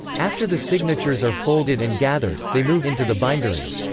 after the signatures are folded and gathered, they move into the bindery.